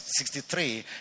63